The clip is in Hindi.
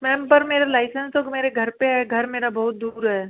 मैम पर मेरा लाइसेंस तो मेरे घर पर है घर मेरा बहुत दूर है